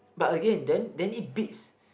but again then then it bids